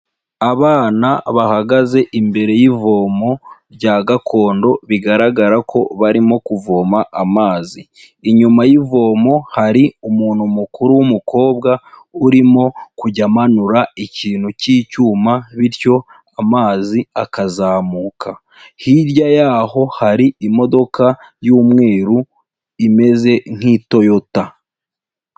Abana bahagaze imbere y'ivomo rya gakondo bigaragara ko barimo kuvoma amazi, inyuma y'ivomo hari umuntu mukuru w'umukobwa urimo kujya amanura ikintu cy'icyuma bityo amazi akazamuka, hirya yaho hari imodoka y'umweru imeze nk'itoyota.